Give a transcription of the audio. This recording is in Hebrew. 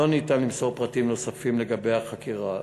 לא ניתן למסור פרטים נוספים לגבי החקירה.